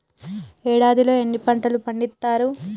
ఏడాదిలో ఎన్ని పంటలు పండిత్తరు?